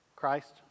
christ